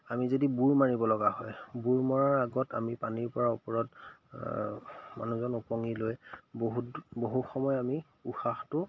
আমি যদি বুৰ মাৰিব লগা হয় বুৰ মৰাৰ আগত আমি পানীৰ পৰা ওপৰত মানুহজন উপঙি লৈ বহুত বহু সময় আমি উশাহটো